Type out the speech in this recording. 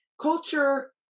culture